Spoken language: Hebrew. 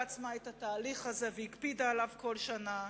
לעצמה את התהליך הזה והקפידה עליו כל שנה?